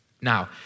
Now